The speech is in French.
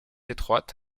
étroites